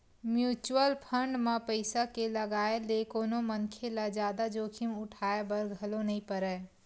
mutual fund म पइसा के लगाए ले कोनो मनखे ल जादा जोखिम उठाय बर घलो नइ परय